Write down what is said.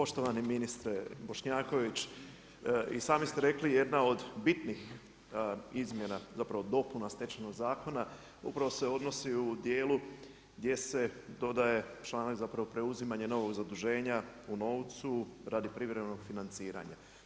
Poštovani ministre Bošnjaković i sami ste rekli jedna od bitnih izmjena, odnosno dopuna Stečajnog zakona upravo se odnosi u dijelu gdje se dodaje članak, zapravo preuzimanje novog zaduženja u novcu radi privremenog financiranja.